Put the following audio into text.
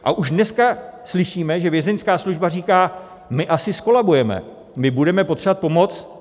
A už dneska slyšíme, že Vězeňská služba říká: My asi zkolabujeme, my budeme potřebovat pomoc.